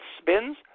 spins